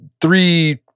three